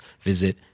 visit